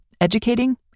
educating